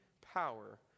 power